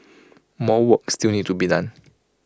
more work still need to be done